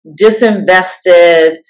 disinvested